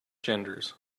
genders